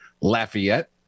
Lafayette